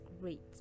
great